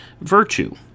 Virtue